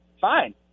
fine